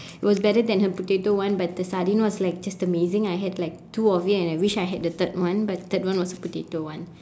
it was better then her potato one but the sardine was like just amazing I had like two of it and I wish I had the third one but the third one was a potato one